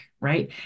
right